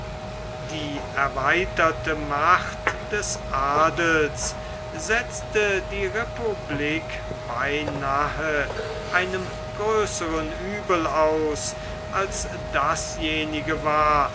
die erweiterte macht des adels setzte die republik beinahe einem größern uebel aus als dasjenige war